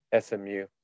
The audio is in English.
SMU